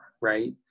Right